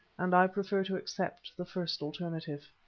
and i prefer to accept the first alternative.